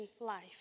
life